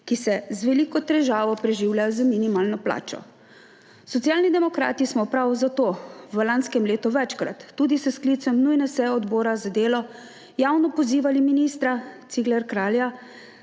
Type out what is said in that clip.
ki se z veliko težavo preživljajo z minimalno plačo. Socialni demokrati smo prav zato v lanskem letu večkrat, tudi s sklicem nujne seje odbora za delo, javno pozivali ministra Ciglerja Kralja,